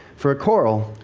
for a coral,